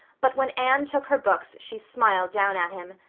but when anne took her books she smiled down at him.